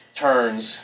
turns